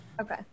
Okay